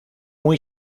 muy